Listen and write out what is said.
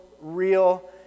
real